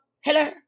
Hello